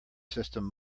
system